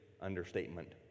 understatement